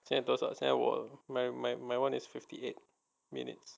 现在多少 my my my one is fifty eight minutes